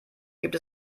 gibt